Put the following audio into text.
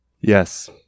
Yes